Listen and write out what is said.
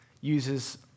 uses